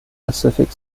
pacific